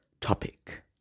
topic